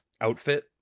outfit